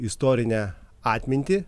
istorinę atmintį